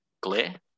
glare